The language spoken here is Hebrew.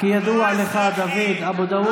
לא אזרחי.